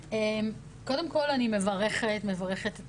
קודם כול, אני מברכת, מברכת את